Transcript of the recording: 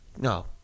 No